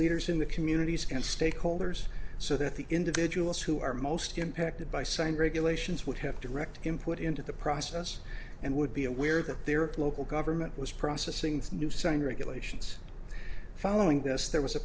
leaders in the communities and stakeholders so that the individuals who are most impacted by signed regulations would have to direct input into the process and would be aware that their local government was processing the new sign regulations following this there was a